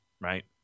right